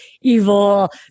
evil